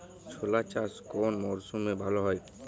ছোলা চাষ কোন মরশুমে ভালো হয়?